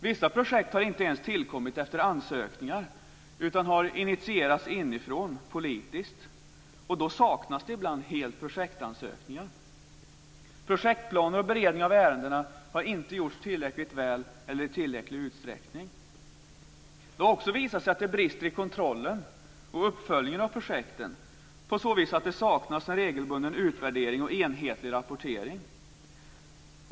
Vissa projekt har inte ens tillkommit efter ansökningar utan har initierats inifrån, politiskt, och då saknas det ibland helt projektansökningar. Projektplaner och beredning av ärendena har inte gjorts tillräckligt väl eller i tillräcklig utsträckning. Det har också visat sig att det brister i kontrollen och uppföljningen av projekten på så vis att det saknas en regelbunden utvärdering och enhetlig rapportering.